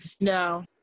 No